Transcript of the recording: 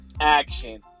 action